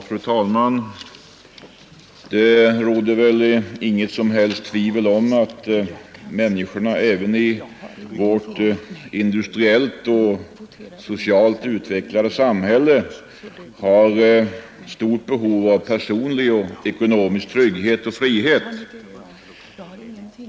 Fru talman! Det råder väl inget som helst tvivel om att människorna -- även i vårt industriellt och socialt utvecklade samhälle — har stort behov av personlig ekonomisk trygghet och frihet.